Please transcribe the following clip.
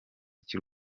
cy’u